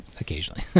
occasionally